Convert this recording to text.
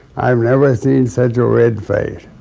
i've never seen such a red face,